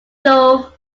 jove